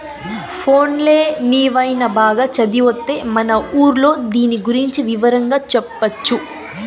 పోన్లే నీవైన బాగా చదివొత్తే మన ఊర్లో దీని గురించి వివరంగా చెప్పొచ్చు